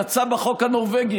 יצא בחוק הנורבגי,